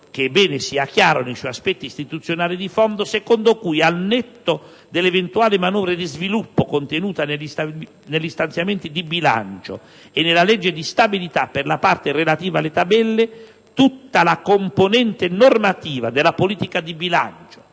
che è bene sia chiaro nei suoi aspetti istituzionali di fondo - secondo cui al netto dell'eventuale manovra di sviluppo contenuta negli stanziamenti di bilancio e nella legge di stabilità per la parte relativa alle tabelle, tutta la componente normativa della politica di bilancio